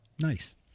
Nice